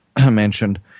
mentioned